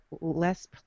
less